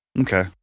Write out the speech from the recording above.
okay